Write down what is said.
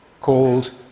Called